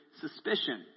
suspicion